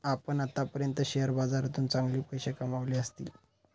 आपण आत्तापर्यंत शेअर बाजारातून चांगले पैसे कमावले असतील